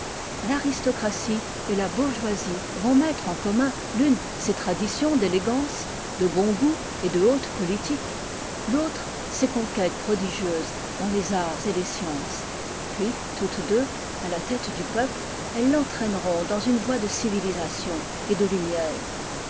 l'aristocratie et la bourgeoisie vont mettre en commun l'une ses traditions d'élégance de bon goût et de haute politique l'autre ses conquêtes prodigieuses dans les arts et les sciences puis toutes deux à la tête du peuple elles l'entraîneront dans une voie de civilisation et de lumière